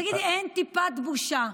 תגידי, אין טיפת בושה?